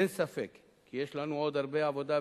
אין ספק כי יש לנו עוד הרבה עבודה,